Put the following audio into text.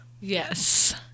yes